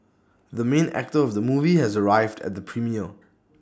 the main actor of the movie has arrived at the premiere